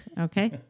Okay